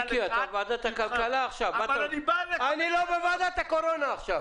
זאת ועדת הכלכלה, אני לא ועדת הקורונה עכשיו.